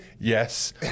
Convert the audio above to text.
Yes